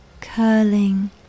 curling